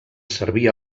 servir